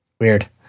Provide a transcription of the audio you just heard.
Weird